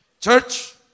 Church